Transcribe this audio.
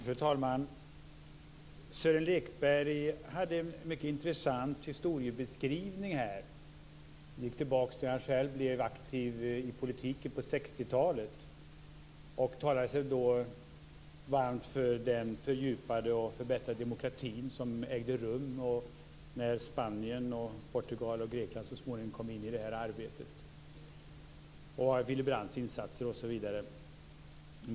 Fru talman! Sören Lekberg gjorde en mycket intressant historiebeskrivning. Han gick tillbaka till den tid när han själv blev aktiv i politiken, på 60-talet, och talade sig varm för den fördjupning och förbättring av demokratin som ägde rum när Spanien, Portugal och Grekland så småningom kom in i arbetet, han gick in på Willy Brandts insatser osv.